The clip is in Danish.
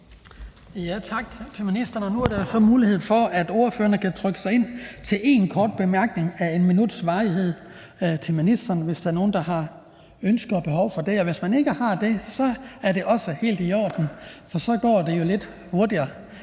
Tak til ministeren. Nu er der så mulighed for, at ordførerne kan trykke sig ind til en kort bemærkning af 1 minuts varighed til ministeren, hvis der er nogen, der har behov for det. Og hvis man ikke har det, er det også helt i orden, for så går det jo lidt hurtigere.